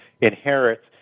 inherits